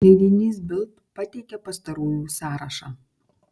leidinys bild pateikia pastarųjų sąrašą